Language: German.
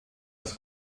als